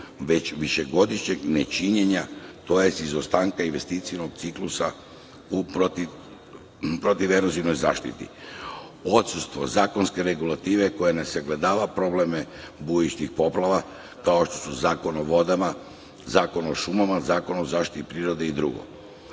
već višegodišnjeg nečinjenja, tj. izostanka investicionog ciklusa u protiverozivnoj zaštiti, odsustvo zakonske regulative koja ne sagledava probleme bujičnih poplava, kao što su Zakon o vodama, Zakon o šumama, Zakon o zaštiti prirode i drugo,